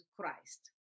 Christ